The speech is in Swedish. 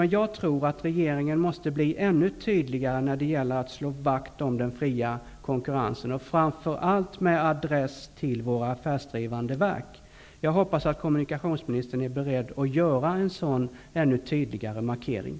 Men regeringen måste bli ännu tydligare när det gäller att slå vakt om den fria konkurrensen. Det gäller framför allt med adress till våra affärsdrivande verk. Jag hoppas att kommunikationsministern är beredd att göra en ännu tydligare markering.